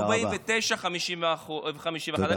49:51. תודה רבה.